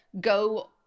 go